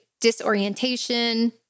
disorientation